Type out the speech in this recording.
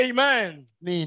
Amen